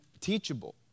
teachable